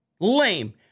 Lame